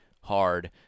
hard